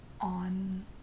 on